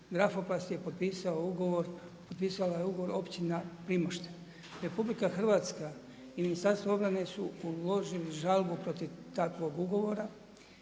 Grafoplast je potpisao ugovor potpisala je ugovor Općina Primošten. RH i Ministarstvo obrane su uložili žalbu protiv takvo ugovora